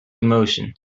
emotion